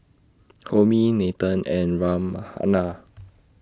Homi Nathan and Ram